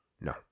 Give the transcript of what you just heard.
No